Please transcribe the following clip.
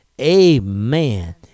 Amen